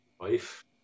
wife